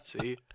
See